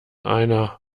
einer